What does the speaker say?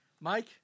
Mike